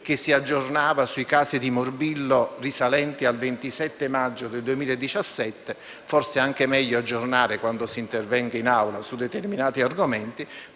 di ieri sui casi di morbillo risalenti al 27 maggio 2017; forse è meglio aggiornarsi quando si interviene in Aula su determinati argomenti.